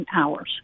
hours